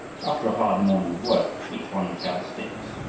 after a hard morning's work each one would gather sticks,